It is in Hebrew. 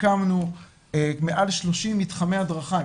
הקמנו מעל 30 מתחמי הדרכה,